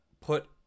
put